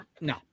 no